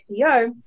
SEO